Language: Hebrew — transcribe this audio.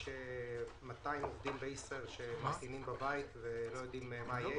יש 200 עובדים מישראייר שממתינים בבית ולא יודעים מה יהיה